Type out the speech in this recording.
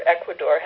Ecuador